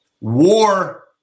war